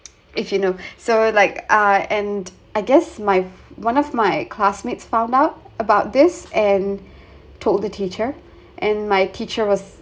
if you know so like uh and I guess my one of my classmates found out about this and told the teacher and my teacher was